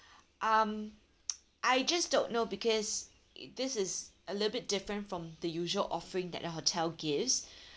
um I just don't know because this is a little bit different from the usual offering that a hotel gives